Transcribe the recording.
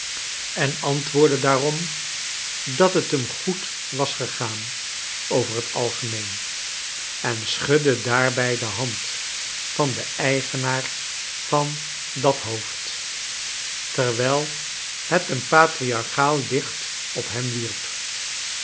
en antwoordde daarom dat t hem goed was gegaan over het algemeen en schudde daarbij de hand van den eigenaar van dat hoofd fcerwijl het een patriarchaal licht op hem wierp